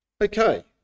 Okay